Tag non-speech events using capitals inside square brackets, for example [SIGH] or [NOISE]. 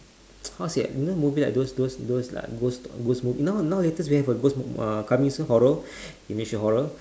[NOISE] how say ah you know movie like those those those like ghost ghost movie now latest coming soon horror [BREATH] indonesian horror